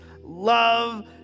love